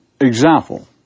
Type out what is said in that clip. example